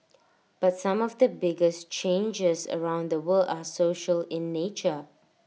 but some of the biggest changes around the world are social in nature